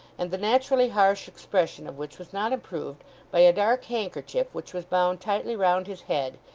and the naturally harsh expression of which was not improved by a dark handkerchief which was bound tightly round his head,